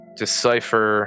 decipher